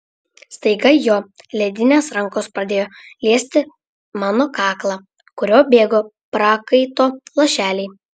staiga jo ledinės rankos pradėjo liesti mano kaklą kuriuo bėgo prakaito lašeliai